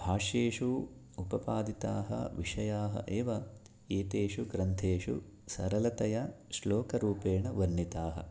भाष्येषु उपपादिताः विषयाः एव एतेषु ग्रन्थेषु सरलतया श्लोकरूपेण वर्णिताः